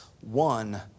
one